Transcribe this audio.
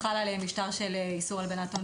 חל עליהם משטר של איסור הלבנת הון